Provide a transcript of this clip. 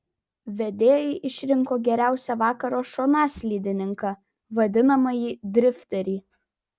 vedėjai išrinko geriausią vakaro šonaslydininką vadinamąjį drifterį